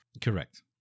Correct